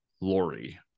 Lori